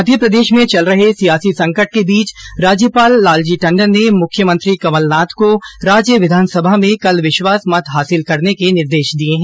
मध्य प्रदेश में चल रहे सियासी संकट के बीच राज्यपाल लालजी टंडन ने मुख्यमंत्री कमलनाथ को राज्य विधानसभा में कल विश्वास मत हासिल करने के निर्देश दिए है